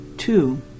Two